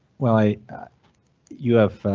well, i you have.